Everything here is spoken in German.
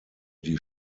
die